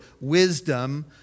wisdom